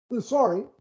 Sorry